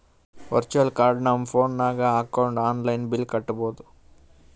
virtual card ನಮ್ phone ನಾಗ್ ಹಾಕೊಂಡ್ ಆನ್ಲೈನ್ ಬಿಲ್ ಕಟ್ಟಬೋದು